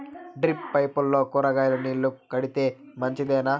Drip పైపుల్లో కూరగాయలు నీళ్లు కడితే మంచిదేనా?